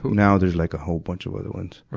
now, there's like a whole bunch of other ones.